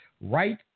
right